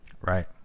Right